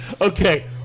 Okay